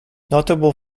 notable